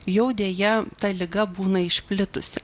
jau deja ta liga būna išplitusi